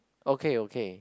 okay okay